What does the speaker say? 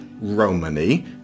Romani